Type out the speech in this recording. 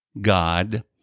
God